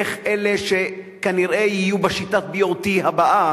איך אלה שכנראה יהיו בשיטת ה-BOT הבאה